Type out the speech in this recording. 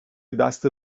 دست